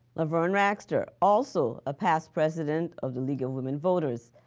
laverne ragster, also a past president of the league of women voters.